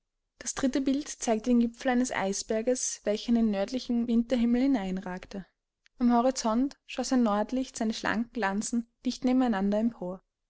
das dritte bild zeigte den gipfel eines eisberges welcher in den nördlichen winterhimmel hineinragte am horizont schoß ein nordlicht seine schlanken lanzen dicht nebeneinander empor